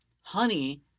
honey